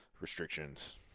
restrictions